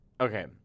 Okay